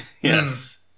Yes